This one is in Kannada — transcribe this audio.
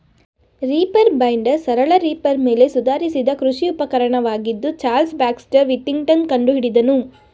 ರೀಪರ್ ಬೈಂಡರ್ ಸರಳ ರೀಪರ್ ಮೇಲೆ ಸುಧಾರಿಸಿದ ಕೃಷಿ ಉಪಕರಣವಾಗಿದ್ದು ಚಾರ್ಲ್ಸ್ ಬ್ಯಾಕ್ಸ್ಟರ್ ವಿಥಿಂಗ್ಟನ್ ಕಂಡುಹಿಡಿದನು